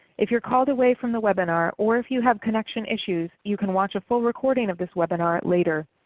if you are called away from the webinar or if you have connection issues you can watch a full recording of this webinar later.